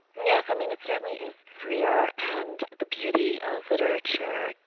yes, i mean it certainly is freer and the beauty of literature.